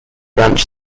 branch